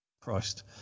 Christ